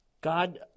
God